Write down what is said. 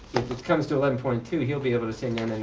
it comes to eleven point two he'll be able to say